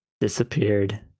Disappeared